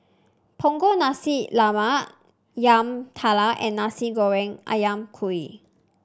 Punggol Nasi Lemak Yam Talam and Nasi Goreng ayam Kunyit